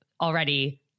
already